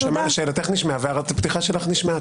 שאלתך נשמעה והערת הפתיחה שלך נשמעה.